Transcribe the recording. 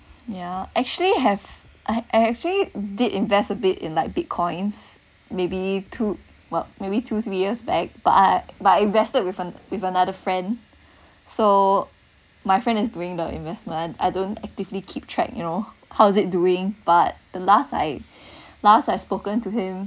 ya actually have I've actually did invest a bit in like bitcoins maybe two what maybe two three years back but but I invested with an with another friend so my friend is doing the investment I don't actively keep track you know how is it doing but the last I last I spoken to him